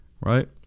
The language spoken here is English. right